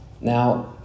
Now